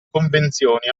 convenzioni